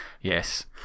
yes